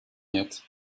yet